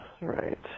right